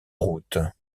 route